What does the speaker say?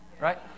right